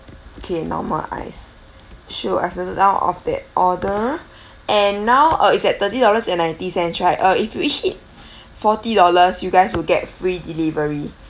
kay normal ice sure I've noted down of that order and now uh it's at thirty dollars and ninety cents right uh if you reach it forty dollars you guys will get free delivery